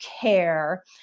care